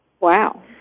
Wow